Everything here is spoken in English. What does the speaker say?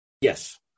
Yes